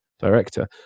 director